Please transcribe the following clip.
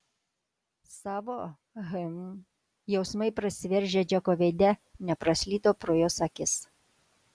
savo hm jausmai prasiveržę džeko veide nepraslydo pro jos akis